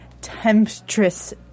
temptress